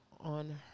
on